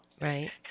right